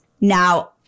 Now